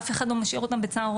אף אחד לא משאיר אותם בצהרונים,